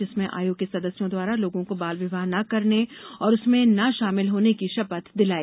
जिसमें आयोग के सदस्यों द्वारा लोगों को बाल विवाह ना करने और उसमें ना शामिल होने की शपथ दिलाई